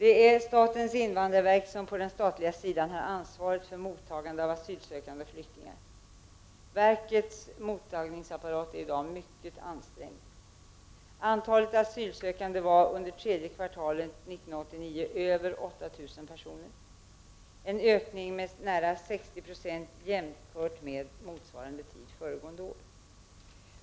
Det är statens invandrarverk som på den statliga sidan har ansvaret för mottagande av asylsökande och flyktingar. Verkets mottagningsapparat är i dag mycket ansträngd. Antalet asylsökande var under tredje kvartalet 1989 över 8 000 personer. En ökning med nära 60 26 jämfört med motsvarande tid föregående år.